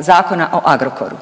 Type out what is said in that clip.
Zakona o Agrokoru.